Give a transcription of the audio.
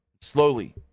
Slowly